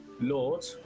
lord